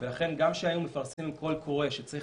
ולכן גם כשהיו מפרסמים קול קורא שצריך